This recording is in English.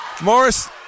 Morris